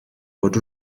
bod